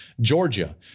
Georgia